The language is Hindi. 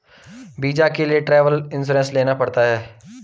वीजा के लिए ट्रैवल इंश्योरेंस लेना पड़ता है